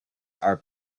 are